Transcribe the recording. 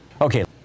Okay